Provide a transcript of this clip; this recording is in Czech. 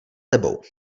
tebou